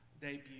debut